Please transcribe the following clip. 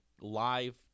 live